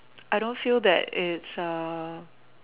I don't feel that it's a